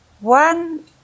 One